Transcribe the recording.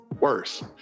worse